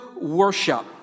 worship